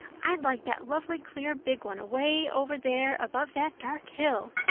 i'd like that lovely clear big one away over there above that dark hill.